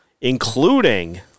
including